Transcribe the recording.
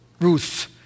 Ruth